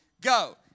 Go